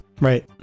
Right